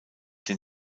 den